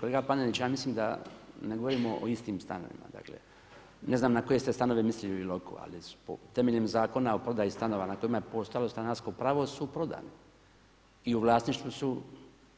Kolega Panenić, ja mislim da ne govorimo o istim stanovima, dakle ne znam na koje ste stanove mislili u Iloku, ali temeljem Zakona o prodaji stanova na kojem je postojalo stanarsko pravo su prodani i u vlasništvu su